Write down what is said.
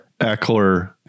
Eckler